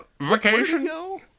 Vacation